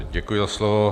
Děkuji za slovo.